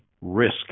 risk